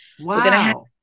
Wow